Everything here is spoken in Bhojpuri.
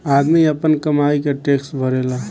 आदमी आपन कमाई के टैक्स भरेला